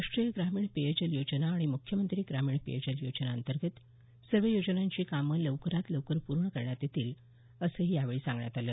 राष्ट्रीय ग्रामीण पेयजल योजना आणि मुख्यमंत्री ग्रामीण पेयजल योजना अंतर्गत सर्व योजनांची कामे लवकरात लवकर पूर्ण करण्यात येतील असंही यावेळी सांगण्यात आलं